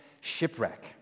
shipwreck